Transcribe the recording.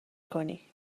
کنی